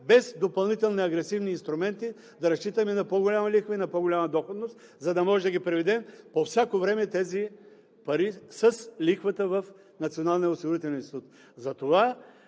без допълнителни агресивни инструменти да разчитаме на по-голяма лихва и на по-голяма доходност, за да може да ги преведем по всяко време тези пари с лихвата в Националния осигурителен институт. Затова